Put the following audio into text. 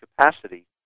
capacity